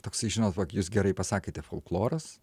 toksai žinot jūs gerai pasakėte folkloras